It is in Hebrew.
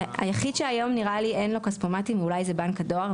היחיד שהיום נראה לי אין לו כספומטים אולי זה בנק הדואר,